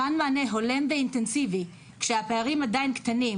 מתן מענה הולם ואינטנסיבי כשהפערים עדיין קטנים